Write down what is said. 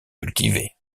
cultivés